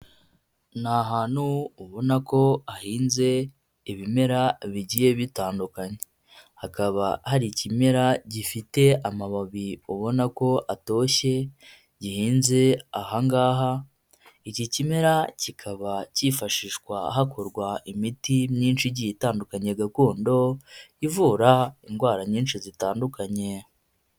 Ni ahantu ubona ko hahinze ibimera bigiye bitandukanye, hakaba hari ikimera gifite amababi ubona ko atoshye gihinze aha ngaha, iki kimera kikaba cyifashishwa hakorwa imiti myinshi igiye itandukanye gakondo, ivura indwara nyinshi zitandukanye.